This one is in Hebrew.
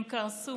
הם קרסו.